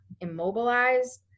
immobilized